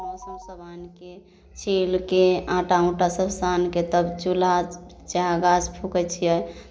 ओसभ सामानकेँ छील कऽ आँटा ऊँटा सभ सानि कऽ तब चूल्हा चाहे गैस फूँकै छियै